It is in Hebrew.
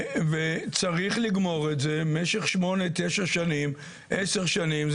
וצריך לגמור את זה משך 8-9 שנים, 10 שנים.